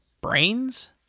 Brains